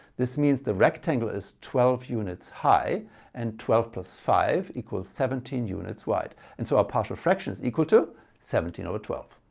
this means the rectangle is twelve units high and twelve plus five equals seventeen units wide. and so our partial fraction is equal to seventeen over twelve.